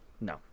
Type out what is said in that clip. No